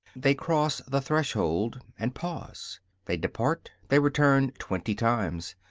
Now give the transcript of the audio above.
they cross the threshold, and pause they depart, they return twenty times.